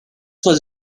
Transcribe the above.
was